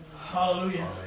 Hallelujah